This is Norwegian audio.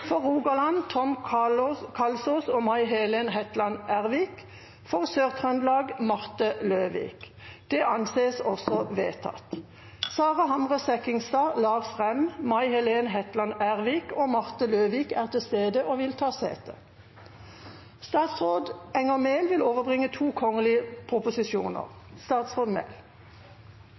For Hordaland: Sara Hamre Sekkingstad For Oppland: Lars Rem For Rogaland: Tom Kalsås og May Helen Hetland Ervik For Sør-Trøndelag: Marte Løvik : Sara Hamre Sekkingstad, Lars Rem, May Helen Hetland Ervik og Marte Løvik er til stede og vil ta sete. Representanten Ingunn Foss vil